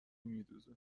میدوزه